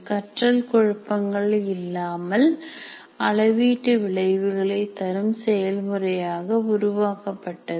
கற்றல் குழப்பங்கள் இல்லாமல் அளவீட்டு விளைவுகளை தரும் செயல்முறையாக உருவாக்கப்பட்டது